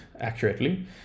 accurately